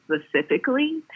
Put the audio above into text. specifically